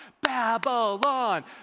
Babylon